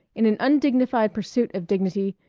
in an undignified pursuit of dignity,